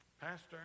Pastor